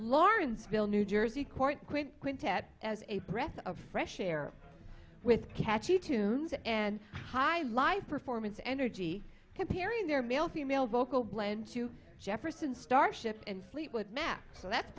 lawrenceville new jersey court quintet as a breath of fresh air with catchy tunes and high live performance energy comparing their male female vocal blend to jefferson starship and fleetwood mac so that's